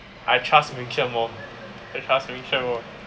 I trust Mng-Xuan more I trust Ming-Xuan more